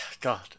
God